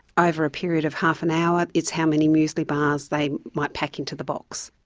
over a period of half an hour it's how many muesli bars they might pack into the box.